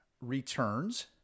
Returns